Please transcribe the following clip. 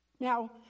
Now